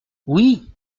oui